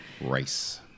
Rice